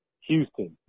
Houston